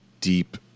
deep